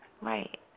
right